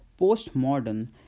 postmodern